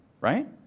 right